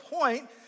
point